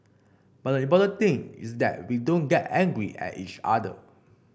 but the important thing is that we don't get angry at each other